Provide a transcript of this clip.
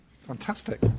fantastic